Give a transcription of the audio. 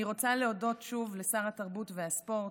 אני רוצה להודות שוב לשר התרבות והספורט,